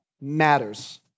matters